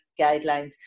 guidelines